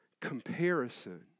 comparison